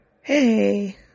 Hey